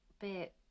bit